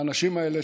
האנשים האלה,